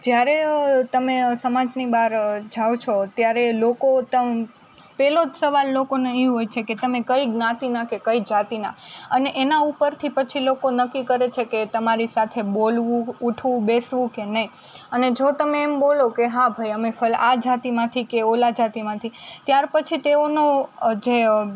જ્યારે તમે સમાજની બહાર જાઓ છો ત્યારે લોકો તમને પહેલો જ સવાલ લોકોનો એ હોય છે કે તમે કઈ જ્ઞાતિના કે કઈ જાતિના અને એના ઉપરથી પછી લોકો નક્કી કરે છેકે તમારી સાથે બોલવું ઊઠવું બેસવું કે નહીં અને જો તમે એમ બોલો કે હા ભઇ અમે આ જાતિમાંથી કે ઓલા જાતિમાંથી ત્યારપછી તેઓનો જે